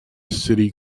city